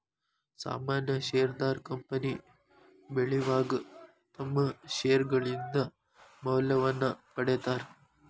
ಸಾಮಾನ್ಯ ಷೇರದಾರ ಕಂಪನಿ ಬೆಳಿವಾಗ ತಮ್ಮ್ ಷೇರ್ಗಳಿಂದ ಮೌಲ್ಯವನ್ನ ಪಡೇತಾರ